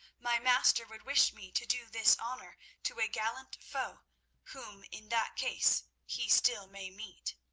my master would wish me to do this honour to a gallant foe whom in that case he still may meet.